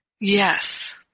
Yes